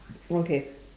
okay